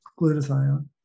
glutathione